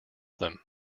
them